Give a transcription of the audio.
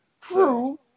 True